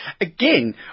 Again